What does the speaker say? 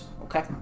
Okay